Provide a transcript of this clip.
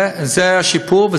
זה השיפור.